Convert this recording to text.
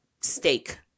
steak